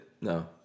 No